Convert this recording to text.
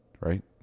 right